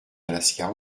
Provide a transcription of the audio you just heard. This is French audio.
alaska